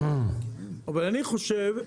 אבל אני חושב,